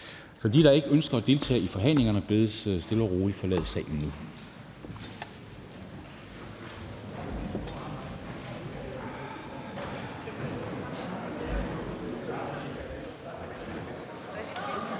Så de, der ikke ønsker at deltage i forhandlingerne, bedes stille og roligt forlade salen nu.